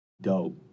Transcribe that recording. dope